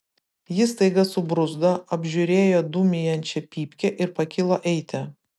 jis staiga subruzdo apžiūrėjo dūmijančią pypkę ir pakilo eiti